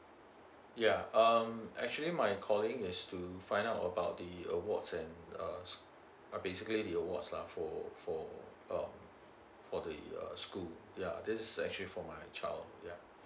yeah um actually my calling is to find out about the awards and uh basically the awards lah for for um for the uh school yeah this actually for my child yeah